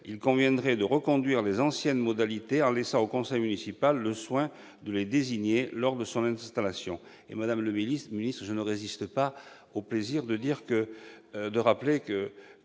il conviendrait de reconduire les anciennes modalités en laissant au conseil municipal le soin de les désigner lors de son installation. Madame la ministre, je ne résiste pas au plaisir de rappeler que